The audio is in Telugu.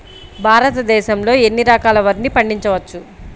భారతదేశంలో ఎన్ని రకాల వరిని పండించవచ్చు